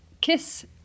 Kiss